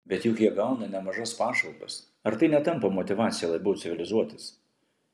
bet juk jie gauna nemažas pašalpas ar tai netampa motyvacija labiau civilizuotis